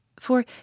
for